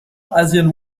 asian